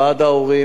ועד ההורים,